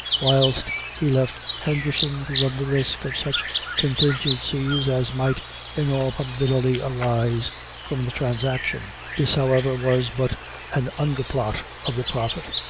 whilst he left henderson to run the risk of such contingencies as might in all probability arise from the transaction. this, however, was but an under-plot of the prophet,